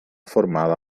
formada